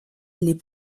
les